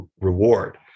reward